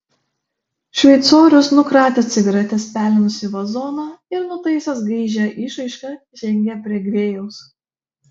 šveicorius nukratė cigaretės pelenus į vazoną ir nutaisęs gaižią išraišką žengė prie grėjaus